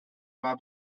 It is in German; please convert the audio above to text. war